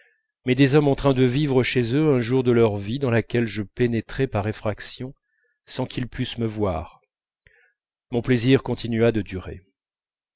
mais des hommes en train de vivre chez eux un jour de leur vie dans laquelle je pénétrais par effraction sans qu'ils pussent me voir mon plaisir continua de durer